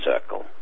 circle